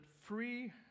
free